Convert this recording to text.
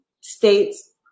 states